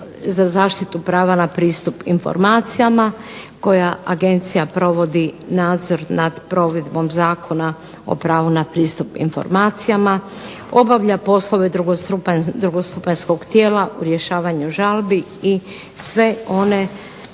za zaštitu prava na pristup informacijama koja Agencija provodi nadzor nad provedbom Zakona o pravu na pristup informacijama, obavlja poslove drugostupanjskog tijela u rješavanju žalbi i sve one